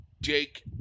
Jake